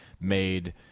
made